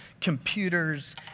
computers